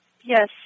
Yes